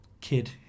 kid